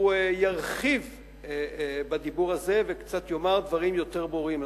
הוא ירחיב את הדיבור על זה ויאמר דברים קצת יותר ברורים.